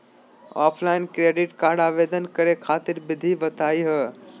Offline credit card आवेदन करे खातिर विधि बताही हो?